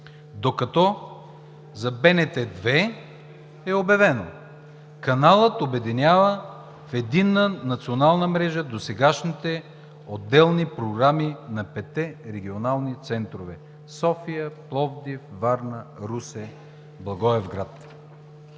докато за БНТ 2 е обявено: „Каналът обединява в единна национална мрежа досегашните отделни програми на петте регионални центрове – София, Пловдив, Варна, Русе и Благоевград.“